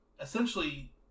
essentially